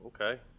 Okay